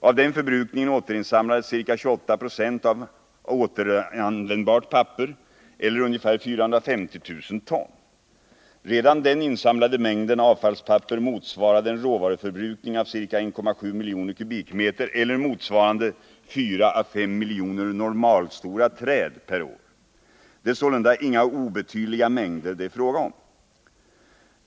Av den förbrukningen återinsamlades ca 28 20 av återanvändbart papper eller 450 000 ton. Redan den insamlade mängden avfallspapper motsvarade en råvaruförbrukning av ca 1,7 miljoner m? eller motsvarande 4 å 5 miljoner normalstora träd per år. Det är sålunda inga obetydliga mängder det är fråga om.